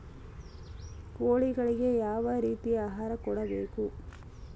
ಕೋಳಿಗಳಿಗೆ ಯಾವ ರೇತಿಯ ಆಹಾರ ಕೊಡಬೇಕು?